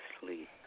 sleep